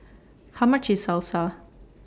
How much IS Salsa